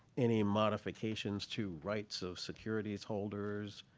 any modifications to rights of securities holders,